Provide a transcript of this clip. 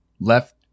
left